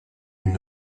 une